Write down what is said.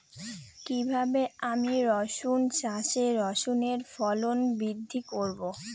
কীভাবে আমি রসুন চাষে রসুনের ফলন বৃদ্ধি করব?